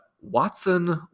Watson